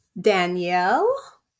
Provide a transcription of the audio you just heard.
Danielle